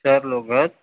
चार लोक आहात